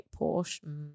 Porsche